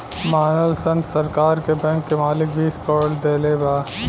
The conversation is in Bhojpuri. मानल सन सरकार के बैंक के मालिक बीस करोड़ देले बा